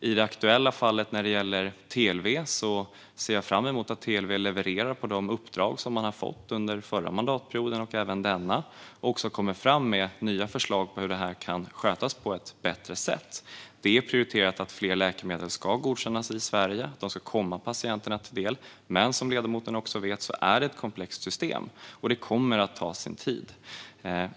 I det aktuella fallet gällande TLV ser jag fram emot att TLV levererar på de uppdrag som man har fått både under den förra och den här mandatperioden och också kommer fram med nya förslag på hur det här kan skötas på ett bättre sätt. Det är prioriterat att fler läkemedel ska godkännas i Sverige och att de ska komma patienterna till del, men som ledamoten också vet är det ett komplext system, och det kommer att ta sin tid.